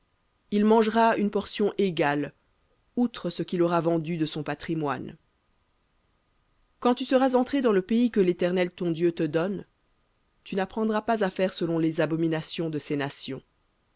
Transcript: il mangera une portion égale outre ce qu'il aura vendu de son patrimoine quand tu seras entré dans le pays que l'éternel ton dieu te donne tu n'apprendras pas à faire selon les abominations de ces nations